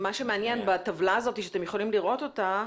מה שמעניין בטבלה, יש כאן באמת פריסה.